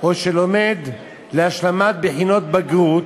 או שלומד להשלמת בחינות בגרות,